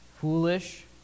foolish